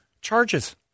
charges